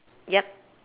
yup